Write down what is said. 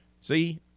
See